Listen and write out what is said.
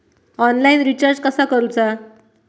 Online recharge कसा करूचा?